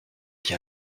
qui